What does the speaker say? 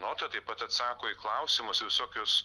nota taip pat atsako į klausimus visokius